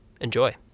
Enjoy